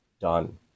done